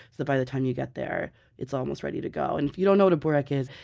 so by the time you get there it's almost ready to go. and if you don't know what a burek is,